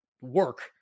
work